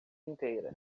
inteira